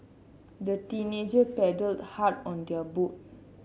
the teenager paddled hard on their boat